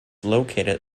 located